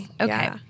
Okay